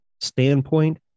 standpoint